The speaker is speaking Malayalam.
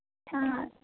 ആ